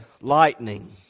lightning